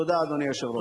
תודה, אדוני היושב-ראש.